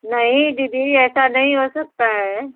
नहीं दीदी ऐसा नहीं हो सकता है